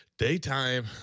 Daytime